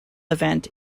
event